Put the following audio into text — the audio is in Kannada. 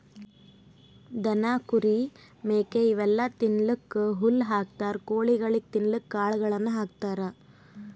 ದನ ಕುರಿ ಮೇಕೆ ಇವೆಲ್ಲಾ ತಿನ್ನಕ್ಕ್ ಹುಲ್ಲ್ ಹಾಕ್ತಾರ್ ಕೊಳಿಗ್ ತಿನ್ನಕ್ಕ್ ಕಾಳುಗಳನ್ನ ಹಾಕ್ತಾರ